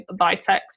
Vitex